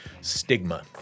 stigma